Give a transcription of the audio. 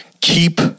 keep